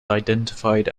identified